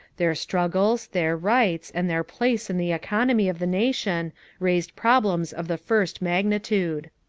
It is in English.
their struggles, their rights, and their place in the economy of the nation raised problems of the first magnitude.